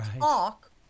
talk